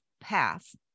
path